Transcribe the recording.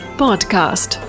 podcast